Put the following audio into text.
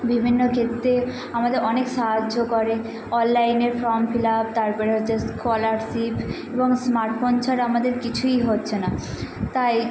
বিভিন্ন ক্ষেত্রে আমাদের অনেক সাহায্য করে অনলাইনে ফর্ম ফিল আপ তারপরে হচ্ছে স্কলারশিপ এবং স্মার্ট ফোন ছাড়া আমাদের কিছুই হচ্ছে না তাই